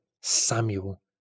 Samuel